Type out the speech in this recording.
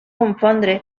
confondre